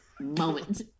moment